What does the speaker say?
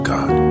God